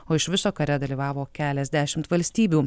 o iš viso kare dalyvavo keliasdešimt valstybių